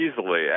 easily